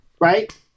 right